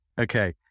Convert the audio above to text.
okay